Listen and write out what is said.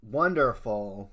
wonderful